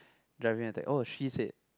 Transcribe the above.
driving at the oh she said